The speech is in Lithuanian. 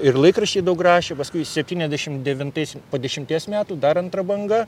ir laikraščiai daug rašė paskui septyniasdešim devintais po dešimties metų dar antra banga